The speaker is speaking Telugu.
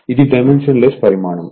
ఇది డైమెన్షన్ లెస్ పరిమాణం